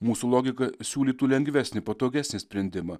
mūsų logika siūlytų lengvesnį patogesnį sprendimą